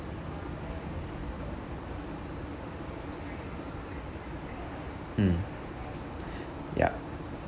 mm yup